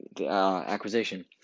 acquisition